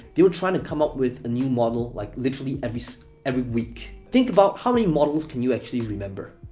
they were trying to come up with a new model, like, literally, every every week. think about how many models can you actually remember.